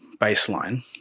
baseline